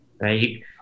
right